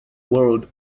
world